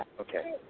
Okay